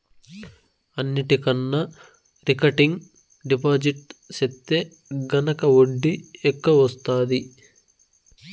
అన్నిటికన్నా recurring deposit సెత్తే గనక ఒడ్డీ ఎక్కవొస్తాది